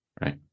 right